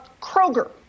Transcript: Kroger